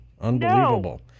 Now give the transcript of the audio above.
Unbelievable